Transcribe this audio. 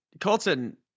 Colton